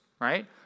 right